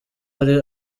ari